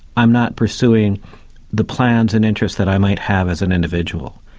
i'm not pursuing the plans and interest that i might have as an individual.